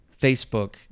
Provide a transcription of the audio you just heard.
Facebook